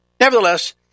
Nevertheless